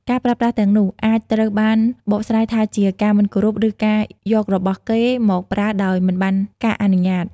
ការប្រើប្រាស់ទាំងនោះអាចត្រូវបានបកស្រាយថាជាការមិនគោរពឬការយករបស់គេមកប្រើដោយមិនបានការអនុញ្ញាត។